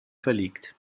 verlegt